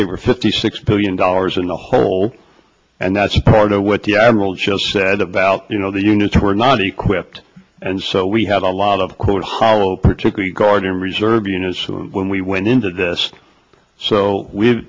there were fifty six billion dollars in the hole and that's part of what the admiral just said about you know the units were not equipped and so we had a lot of court hollow particularly guard and reserve units who when we went into this so we